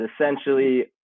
essentially